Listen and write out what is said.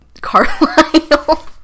Carlisle